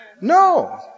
No